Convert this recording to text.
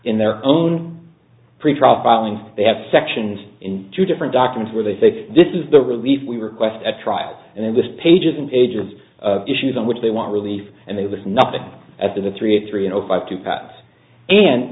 in their own pretrial filing they have sections in two different documents where they say this is the relief we request at trial and in this pages and pages of issues on which they want relief and there was nothing at the three a three o five to pass and